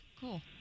cool